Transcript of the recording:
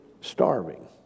Starving